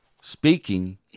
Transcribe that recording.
speaking